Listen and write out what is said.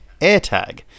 AirTag